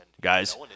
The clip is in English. guys